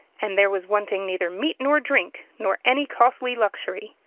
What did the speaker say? and there was wanting neither meat nor drink, nor any costly luxury.